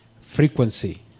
frequency